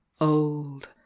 old